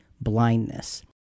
blindness